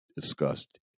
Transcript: discussed